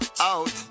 Out